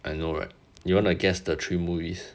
I know right you want to guess the three movies